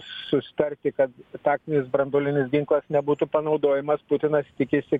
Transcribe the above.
susitarti kad taktinis branduolinis ginklas nebūtų panaudojamas putinas tikisi